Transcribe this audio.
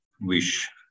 wish